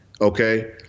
Okay